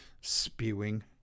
spewing